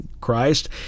Christ